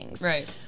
Right